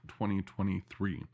2023